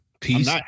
Peace